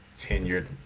tenured